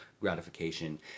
gratification